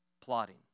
plotting